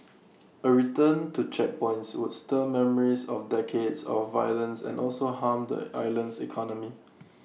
A return to checkpoints would stir memories of decades of violence and also harm the island's economy